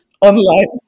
online